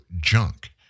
junk